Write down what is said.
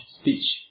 speech